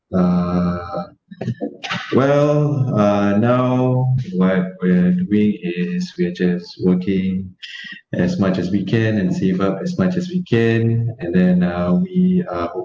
uh well uh now what will we is we are just working as much as we can and save up as much as we can and then uh we ho~